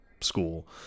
school